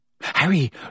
Harry